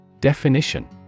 Definition